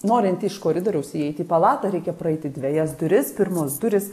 norint iš koridoriaus įeiti į palatą reikia praeiti dvejas duris pirmos durys